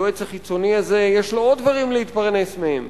היועץ החיצוני הזה, יש לו עוד דברים להתפרנס מהם,